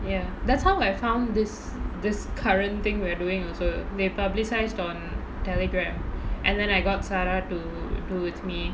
ya that's how I found this this current thing we're doing also they publicised on Telegram and then I got zarah to do with me